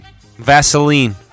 Vaseline